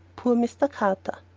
poor mr. carter!